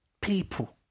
people